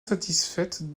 satisfaite